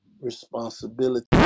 responsibility